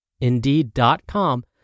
Indeed.com